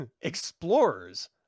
Explorers